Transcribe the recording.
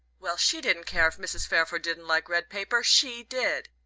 well, she didn't care if mrs. fairford didn't like red paper she did!